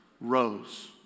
rose